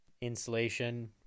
insulation